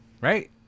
right